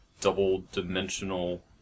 double-dimensional